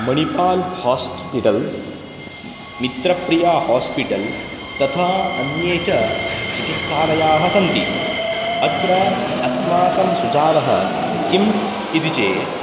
Manipal hospital मित्रप्रियाहास्पिटल् तथा अन्ये च चिकित्सालयाः सन्ति अत्र अस्माकं सुचावः किम् इति चेत्